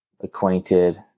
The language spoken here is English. acquainted